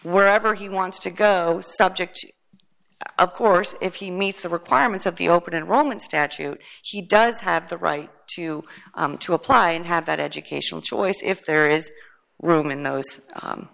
where ever he wants to go subject of course if he meets the requirements of the open enrollment statute he does have the right to to apply and have that educational choice if there is room in those